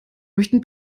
möchten